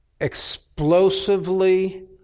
explosively